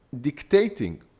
dictating